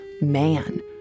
man